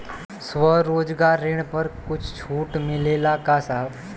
स्वरोजगार ऋण पर कुछ छूट मिलेला का साहब?